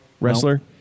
wrestler